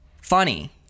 Funny